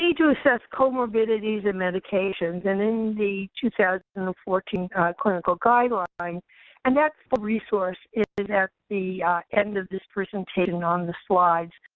need to assess comorbidities in medications, and in the two thousand and fourteen clinical guidelines and that full resource is at the end of this presentation on the slides,